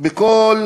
בכל